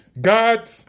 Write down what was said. God